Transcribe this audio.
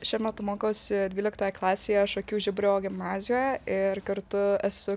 šiuo metu mokausi dvyliktoje klasėje šakių žiburio gimnazijoje ir kartu esu